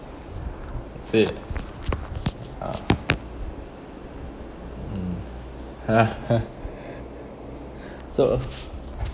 is it ah mm so